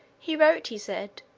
he wrote, he said,